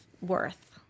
worth